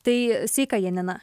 tai sveika janina